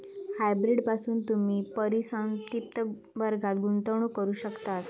hybrid पासून तुम्ही परिसंपत्ति वर्गात गुंतवणूक करू शकतास